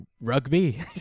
rugby